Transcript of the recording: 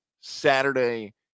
Saturday